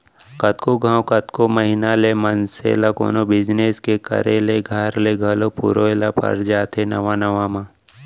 कतको घांव, कतको महिना ले मनसे ल कोनो बिजनेस के करे ले घर ले घलौ पुरोय ल पर जाथे नवा नवा म